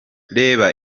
reba